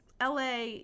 LA